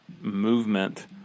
movement